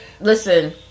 listen